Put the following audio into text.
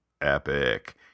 epic